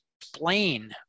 Explain